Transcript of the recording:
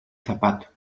zapato